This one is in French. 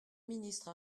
ministre